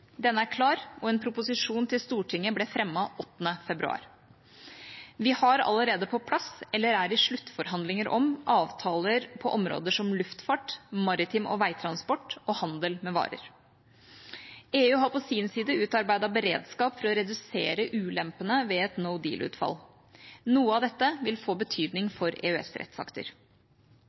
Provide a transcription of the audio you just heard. Denne er klar, og en proposisjon til Stortinget ble fremmet 8. februar. Vi har allerede på plass, eller er i sluttforhandlinger om, avtaler på områder som luftfart, maritim- og veitransport og handel med varer. EU har på sin side utarbeidet beredskap for å redusere ulempene ved et «no deal»-utfall. Noe av dette vil få betydning for